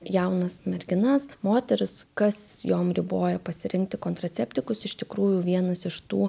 jaunas merginas moteris kas jom riboja pasirinkti kontraceptikus iš tikrųjų vienas iš tų